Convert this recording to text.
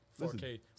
4K